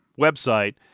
website